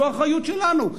זו אחריות שלנו.